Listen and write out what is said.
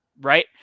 right